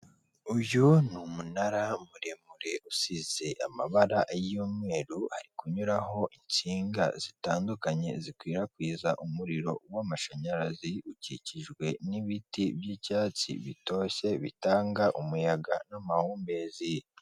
Uyu ni umunara muremure usize amabara y'umweru, ari kunyuraho insinga zitandukanye zikwirakwiza umuriro w'amashanyarazi, ukikijwe n'ibiti by'icyatsi bitoshye bitanga umuyaga n'amahumbezi.